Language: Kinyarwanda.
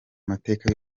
mateka